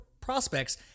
prospects